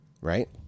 right